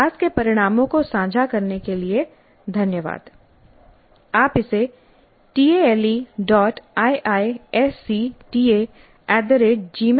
अभ्यास के परिणामों को साझा करने के लिए धन्यवाद taleiisctagmailcom